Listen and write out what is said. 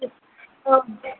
औ दे